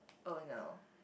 oh no